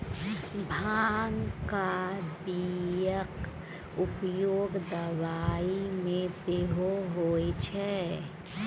भांगक बियाक उपयोग दबाई मे सेहो होए छै